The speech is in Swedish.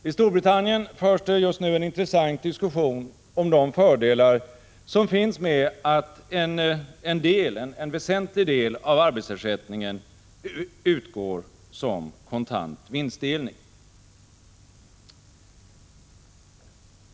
I Storbritannien förs det just nu en intressant diskussion om de fördelar som finns med att en väsentlig del av arbetsersättningen utgår som kontant vinstdelning.